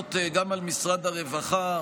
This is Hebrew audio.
עלויות גם על משרד הרווחה,